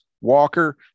Walker